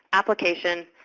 application,